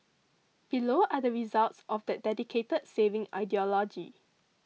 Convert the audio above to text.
below are the results of that dedicated saving ideology